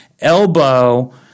elbow